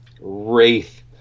wraith